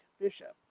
bishop